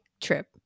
trip